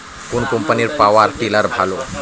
কোন কম্পানির power tiller ভালো?